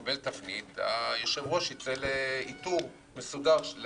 יקבל תפנית היושב-ראש ייצא לאיתור מסודר של התפקיד.